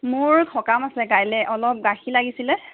মোৰ সকাম আছিলে কাইলৈ অলপ গাখীৰ লাগিছিলে